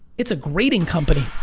it's a grading company